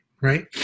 right